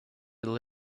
ill